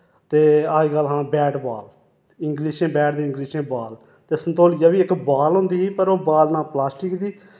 ते अज्जकल हां बैट बाल इंग्लिश च बैट ते इंग्लिश च बाल ते संतोलिया बी इक बाल होंदी ही पर ओह् बाल ना प्लास्टिक दी